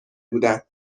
بودن